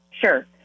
Sure